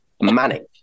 manic